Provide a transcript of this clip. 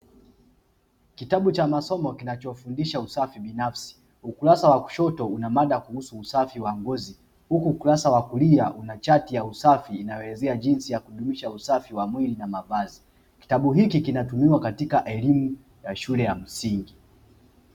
Kitabu cha masomo kinachofundisha usafi binafsi, ukurasa wa kushoto unamada kuhusu usafi wa ngozi, huku ukurasa wa kulia unachati ya usafi inayoelezea jinsi ya kudumisha usafi wa mwili na mavazi. Kitabu hiki kinatumiwa katika elimu ya shule ya msingi.